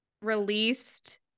released